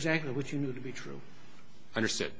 exactly what you know to be true understood